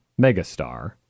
megastar